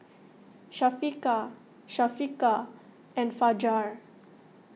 Syafiqah Syafiqah and Fajar